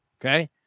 okay